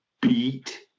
beat